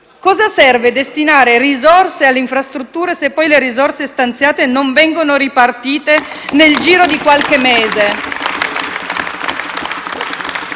cosa serve destinare risorse alle infrastrutture se poi le risorse stanziate non vengono ripartite nel giro di qualche mese?